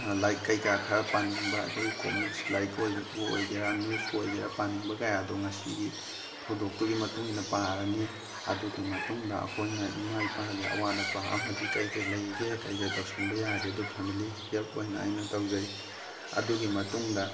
ꯂꯥꯏꯔꯤꯛ ꯀꯩꯀ ꯈꯔ ꯄꯥꯅꯤꯡꯕ ꯑꯩꯈꯣꯏ ꯀꯣꯃꯤꯛꯁ ꯂꯥꯏꯔꯤꯛ ꯑꯣꯏꯒꯦꯔꯥ ꯅꯤꯌꯨꯖꯄꯨ ꯑꯣꯏꯒꯦꯔꯥ ꯄꯥꯅꯤꯡꯕ ꯀꯌꯥꯗꯣ ꯉꯁꯤꯒꯤ ꯊꯧꯗꯣꯛꯇꯨꯒꯤ ꯃꯇꯨꯡ ꯏꯟꯅ ꯄꯥꯔꯅꯤ ꯑꯗꯨꯒꯤ ꯃꯇꯨꯡꯗ ꯑꯩꯈꯣꯏꯅ ꯏꯃꯥ ꯏꯄꯥꯒꯤ ꯑꯋꯥꯠ ꯑꯄꯥ ꯑꯃꯗꯤ ꯀꯩ ꯀꯩ ꯂꯩꯒꯦ ꯀꯩ ꯀꯩ ꯇꯧꯁꯤꯟꯕ ꯌꯥꯒꯦꯗꯣ ꯐꯦꯃꯤꯂꯤꯒꯤ ꯍꯦꯜꯞ ꯑꯣꯏꯅ ꯑꯩꯅ ꯇꯧꯖꯩ ꯑꯗꯨꯒꯤ ꯃꯇꯨꯡꯗ